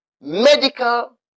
medical